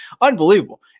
unbelievable